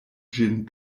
ĝin